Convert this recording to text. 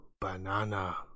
banana